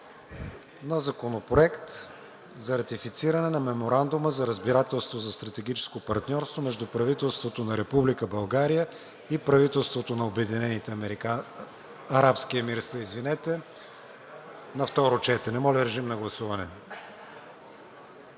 на Законопроекта за ратифициране на Меморандума за разбирателство за стратегическо партньорство между правителството на Република България и правителството на Обединените арабски емирства – на второ четене. Гласували